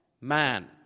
man